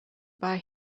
buy